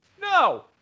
No